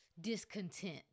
discontent